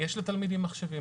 יש לתלמידים מחשבים,